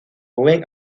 buen